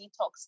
detox